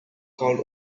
called